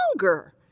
longer